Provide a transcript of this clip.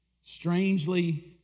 strangely